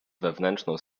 wewnętrzną